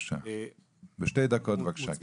בשתי דקות בבקשה.